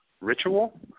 ritual